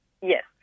Yes